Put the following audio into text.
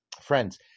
Friends